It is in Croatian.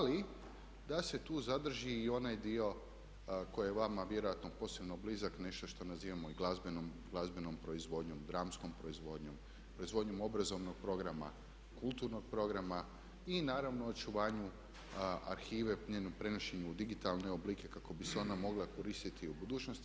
Ali da se tu zadrži i onaj dio koji je vama vjerojatno posebno blizak, nešto što nazivamo i glazbenom proizvodnjom, dramskom proizvodnjom, proizvodnjom obrazovnog programa, kulturnog programa i naravno očuvanju arhive, njenom prenošenju u digitalne oblike kako bi se ona mogla koristiti i u budućnosti.